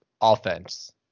Offense